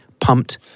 pumped